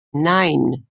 nein